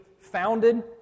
founded